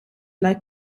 like